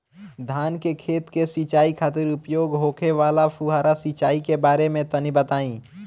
धान के खेत की सिंचाई खातिर उपयोग होखे वाला फुहारा सिंचाई के बारे में तनि बताई?